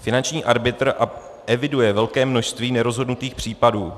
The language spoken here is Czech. Finanční arbitr eviduje velké množství nerozhodnutých případů.